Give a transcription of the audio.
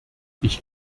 ich